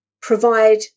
provide